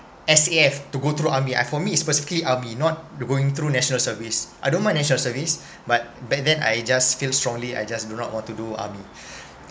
S_A_F to go through army uh for me it's specifically army not going through national service I don't mind national service but back then I just feel strongly I just do not want to do army